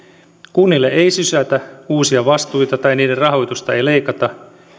kunnille ei sysätä uusia vastuita tai niiden rahoitusta ei leikata